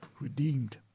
redeemed